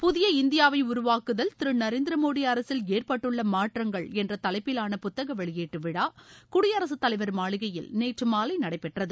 புதிய இந்தியாவை உருவாக்குதல் திரு நரேந்திர மோடி அரசில் ஏற்பட்டுள்ள மாற்றங்கள் என்ற தலைப்பிலான புத்தக வெளியீட்டு விழா குடியரசு தலைவர் மாளிகையில் நேற்று மாலை நடைபெற்றது